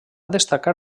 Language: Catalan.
destacar